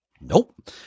Nope